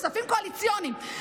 כספיים קואליציוניים.